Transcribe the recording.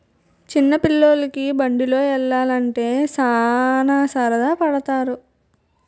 చిన్న పిల్లోలికి బండిలో యల్లాలంటే సాన సరదా పడతారు